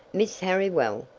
miss harriwell,